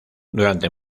durante